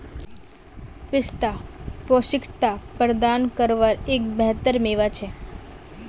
पिस्ता पौष्टिकता प्रदान कारवार एक बेहतर मेवा छे